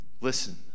Listen